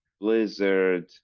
Blizzard